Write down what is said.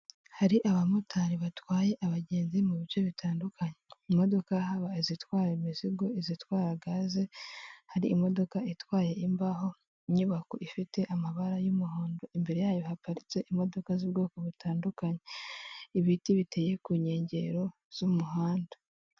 Hari abamotari batwaye abagenzi mu bice bitandukanye, imodoka haba izitwara imizigo, izitwara gaze, hari imodoka itwaye imbaho, inyubako ifite amabara y'umuhondo imbere yayo haparitse imodoka z'ubwoko butandukanye, ibiti biteye ku nkengero z'umuhanda.